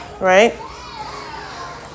Right